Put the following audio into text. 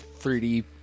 3d